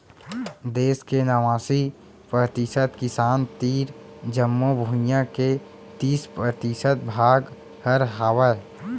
देस के नवासी परतिसत किसान तीर जमो भुइयां के तीस परतिसत भाग हर हावय